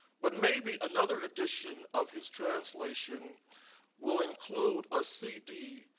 but maybe another edition of his translation will include a cd